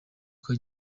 uko